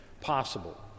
possible